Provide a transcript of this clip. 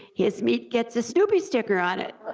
his meat gets a snoopy sticker on it.